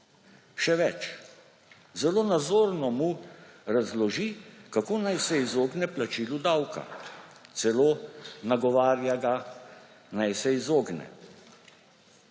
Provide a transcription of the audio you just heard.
Še več, zelo nazorno mu razloži, kako naj se izogne plačilu davka, celo nagovarja ga, naj se izogne.